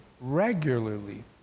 regularly